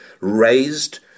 raised